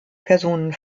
personen